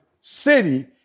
city